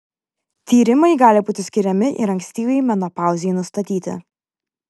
tyrimai gali būti skiriami ir ankstyvai menopauzei nustatyti